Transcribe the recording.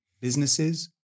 businesses